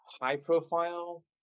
high-profile